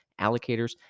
allocators